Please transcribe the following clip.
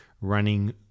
running